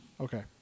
Okay